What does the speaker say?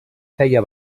feia